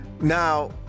Now